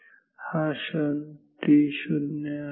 तर हा क्षण t0 आहे